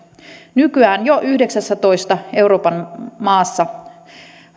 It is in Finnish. nykyään jo yhdeksässätoista euroopan maassa